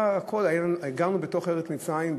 גרנו בתוך ארץ מצרים,